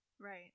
Right